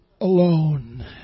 alone